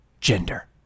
gender